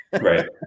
right